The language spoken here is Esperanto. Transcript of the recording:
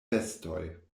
vestoj